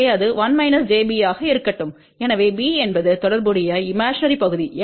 எனவே இது 1 j b ஆக இருக்கட்டும் எங்கே b என்பது தொடர்புடைய இமேஜினரி பகுதி